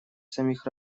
самых